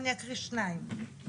אני אקריא 2 ברשותך,